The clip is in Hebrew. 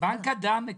בנק הדם מקבל.